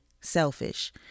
selfish